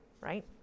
Right